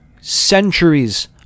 centuries